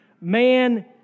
Man